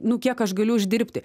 nu kiek aš galiu uždirbti